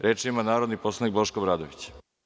Reč ima narodni poslanik Boško Obradović.